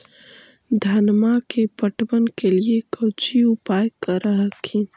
धनमा के पटबन के लिये कौची उपाय कर हखिन?